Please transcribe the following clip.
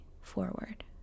forward